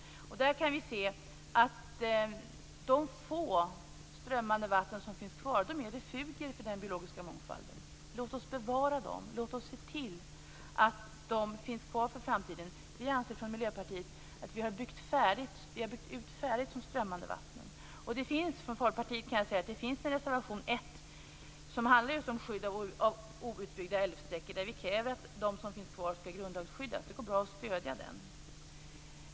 Där kan vi se att de få strömmande vatten som finns kvar är refuger för den biologiska mångfalden. Låt oss bevara dem! Låt oss se till att de finns kvar för framtiden! Vi anser från Miljöpartiet att vi har byggt ut de strömmande vattnen färdigt. Till Folkpartiet kan jag säga att det finns en reservation, nr 1, som handlar just om skydd av outbyggda älvsträckor. Där kräver vi att de som finns kvar skall grundlagsskyddas. Det går bra att stödja den.